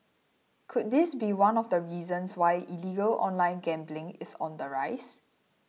could this be one of the reasons why illegal online gambling is on the rise